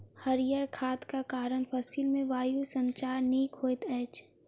हरीयर खादक कारण फसिल मे वायु संचार नीक होइत अछि